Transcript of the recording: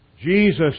Jesus